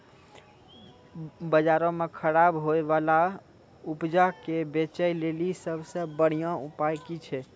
बजारो मे खराब होय बाला उपजा के बेचै लेली सभ से बढिया उपाय कि छै?